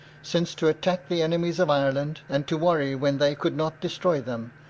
since to attack the enemies of ireland, and to worry when they could not destroy them,